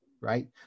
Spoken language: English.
right